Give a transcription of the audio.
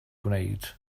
gwneud